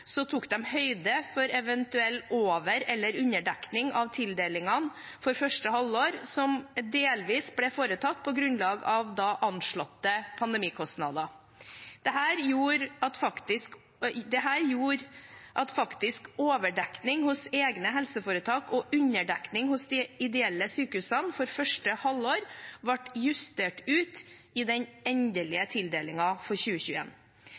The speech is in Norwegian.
tok de høyde for eventuell over- eller underdekning av tildelingen for første halvår – som delvis ble foretatt på grunnlag av da anslåtte pandemikostnader. Dette gjorde at faktisk overdekning hos egne helseforetak og underdekning hos de ideelle sykehusene for første halvår ble justert ut i den endelige tildelingen for